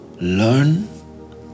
learn